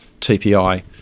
tpi